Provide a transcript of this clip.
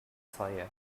sawyer